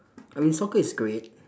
I mean soccer is great